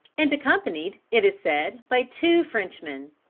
and accompanied it is said by two frenchmen.